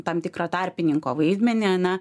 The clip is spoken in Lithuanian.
tam tikrą tarpininko vaidmenį ane